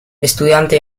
estudiante